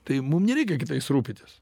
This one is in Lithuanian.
tai mum nereikia kitais rūpytis